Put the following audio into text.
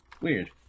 Weird